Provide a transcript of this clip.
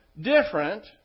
different